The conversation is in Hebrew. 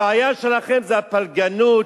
הבעיה שלכם זה הפלגנות,